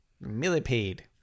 Millipede